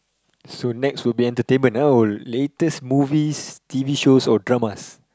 so next will be entertainment oh latest movies t_v shows or dramas